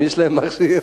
אם יש להם מכשיר?